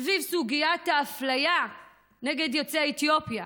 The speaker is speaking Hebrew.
סביב סוגיית האפליה נגד יוצאי אתיופיה,